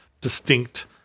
distinct